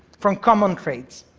from common traits.